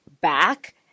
back